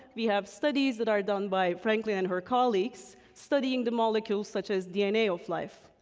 we have studies that are done by franklin and her colleagues, studying the molecules such as dna of life.